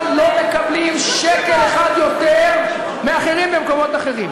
לא מקבלים שקל אחד יותר מאחרים במקומות אחרים.